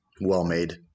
well-made